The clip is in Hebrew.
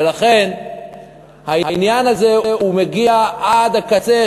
ולכן העניין הזה מגיע עד הקצה,